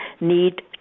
need